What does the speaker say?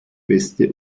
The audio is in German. feste